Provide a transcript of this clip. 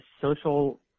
social